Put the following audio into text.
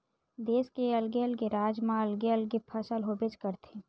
देस के अलगे अलगे राज म अलगे अलगे फसल होबेच करथे